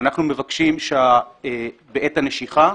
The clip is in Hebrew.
אנחנו מבקשים שבעת הנשיכה,